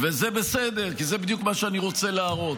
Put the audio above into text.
זה בסדר, כי זה בדיוק מה שאני רוצה להראות,